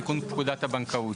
תיקון חוק בנק ישראל.